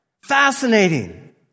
Fascinating